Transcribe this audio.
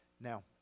Now